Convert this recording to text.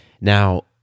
Now